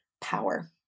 power